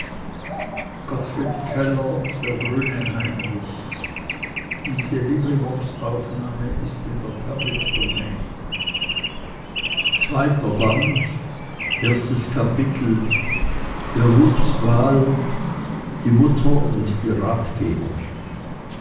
kapitel berufswahl die mutter und die ratgeber